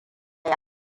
yi